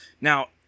Now